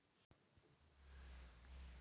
मकैइ बुनै बाला मशीन खेती करै मे बहुत आसानी होय छै